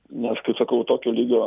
na aš kaip sakau tokio lygio